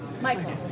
Michael